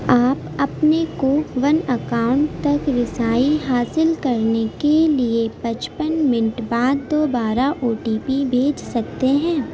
آپ اپنے کوون اکاؤنٹ تک رسائی حاصل کرنے کے لیے پچپن منٹ بعد دوبارہ او ٹی پی بھیج سکتے ہیں